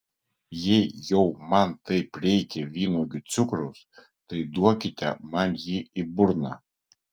jei jau man taip reikia vynuogių cukraus tai duokite man jį į burną